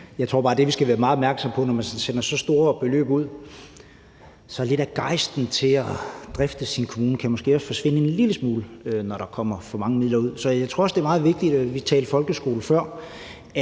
Jeg tror bare, at det, vi skal være meget opmærksomme på, når vi sender så store beløb ud, er, at lidt af gejsten i forhold til at drifte sin kommune måske også kan forsvinde en lille smule, altså når der kommer for mange midler ud. Så jeg tror, det er meget vigtigt – vi talte folkeskole før